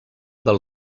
del